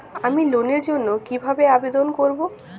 আমি লোনের জন্য কিভাবে আবেদন করব?